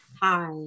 Hi